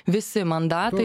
visi mandatai